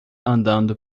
andando